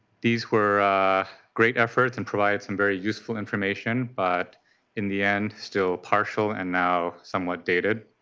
these were great efforts and provided some very useful information, but in the end, still partial and now somewhat dated.